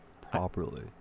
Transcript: properly